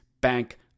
Bank